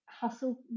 hustle